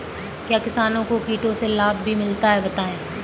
क्या किसानों को कीटों से लाभ भी मिलता है बताएँ?